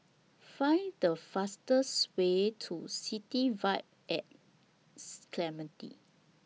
Find The fastest Way to City Vibe At Clementi